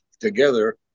together